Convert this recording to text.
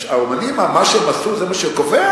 האמנים, מה שהם עשו זה מה שקובע?